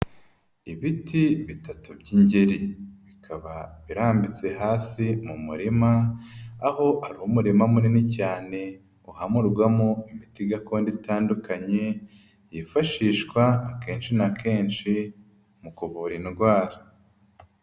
Ibiti bitatu by'ingeri bikaba birambitse hasi mu murima aho ari umurima munini cyane uhamurwamo imiti gakondo itandukanye yifashishwa akenshi na kenshi mu kuvura indwara.